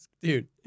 dude